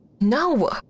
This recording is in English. No